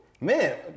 man